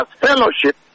fellowship